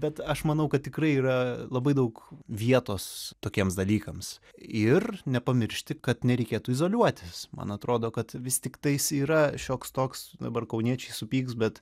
bet aš manau kad tikrai yra labai daug vietos tokiems dalykams ir nepamiršti kad nereikėtų izoliuotis man atrodo kad vis tiktais yra šioks toks dabar kauniečiai supyks bet